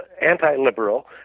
anti-liberal